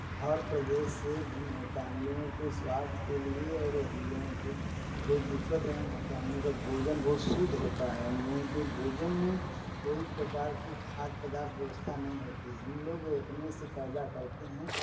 हर प्रदेश से भिन्न होता है हम लोगों के स्वास्थ्य के लिए और हम लोगों के कोई दिक्कत नहीं होता है हम लोगों का भोजन बहुत शुद्ध होता है हम लोगों के भोजन में कोई प्रकार के खाद पदार्थ व्यवस्था नहीं होती है हम लोग अपने से पैदा करते हैं